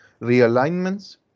realignments